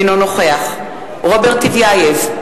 אינו נוכח רוברט טיבייב,